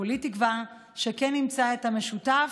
כולי תקווה שכן נמצא את המשותף,